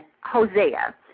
Hosea